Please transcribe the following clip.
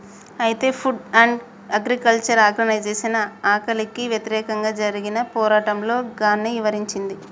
అయితే food and agriculture organisation ఆకలికి వ్యతిరేకంగా జరిగిన పోరాటంలో గాన్ని ఇవరించింది